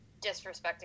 Disrespecting